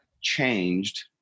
changed